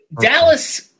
Dallas